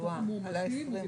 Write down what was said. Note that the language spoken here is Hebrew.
מאומתים.